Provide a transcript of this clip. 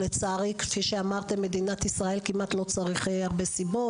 לצערי כפי שאמרתם מדינת ישראל כמעט לא צריך הרבה סיבות,